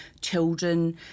Children